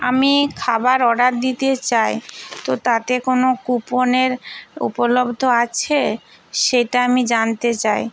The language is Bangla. আমি খাবার অর্ডার দিতে চাই তো তাতে কোনো কুপনের উপলব্ধ আছে সেটা আমি জানতে চাই